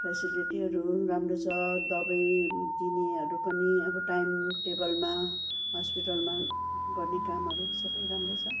फेसिलिटीहरू पनि राम्रो छ दबाई दिनेहरू पनि अब टाइम टेबलमा हस्पिटलमा गर्ने कामहरू सबै राम्रै छ